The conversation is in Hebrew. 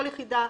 כל יחידה,